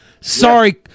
Sorry